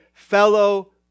Fellow